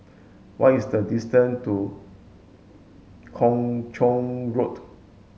what is the distance to Kung Chong Road